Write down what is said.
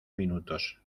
minutos